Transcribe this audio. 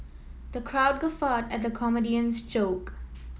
the crowd guffawed at the comedian's joke